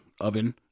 oven